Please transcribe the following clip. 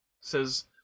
says